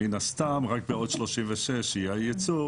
מן הסתם שרק בעוד 36 שעות יהיה הייצור